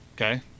Okay